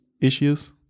issues